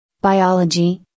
biology